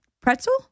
pretzel